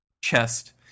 chest